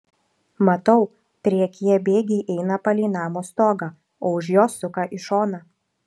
matau priekyje bėgiai eina palei namo stogą o už jo suka į šoną